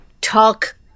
talk